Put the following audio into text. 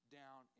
down